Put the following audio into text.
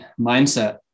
mindset